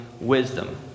wisdom